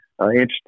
interesting